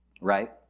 right